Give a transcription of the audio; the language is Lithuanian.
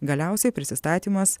galiausiai prisistatymas